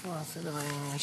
אני